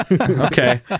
okay